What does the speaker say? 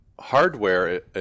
hardware